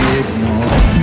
ignore